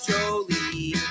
Jolie